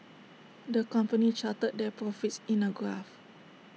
the company charted their profits in A graph